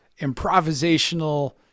Improvisational